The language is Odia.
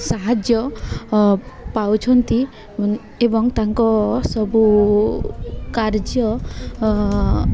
ସାହାଯ୍ୟ ପାଉଛନ୍ତି ଏବଂ ତାଙ୍କ ସବୁ କାର୍ଯ୍ୟ